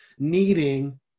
Needing